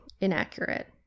inaccurate